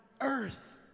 earth